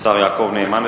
השר יעקב נאמן.